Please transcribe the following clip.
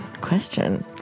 question